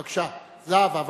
בבקשה, זהבה.